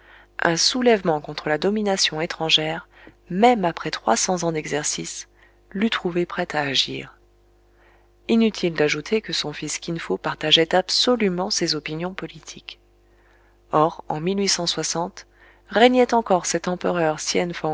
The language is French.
un soulèvement contre la domination étrangère même après trois cents ans d'exercice l'eût trouvé prêt à agir inutile d'ajouter que son fils kin fo partageait absolument ses opinions politiques or en régnait encore cet empereur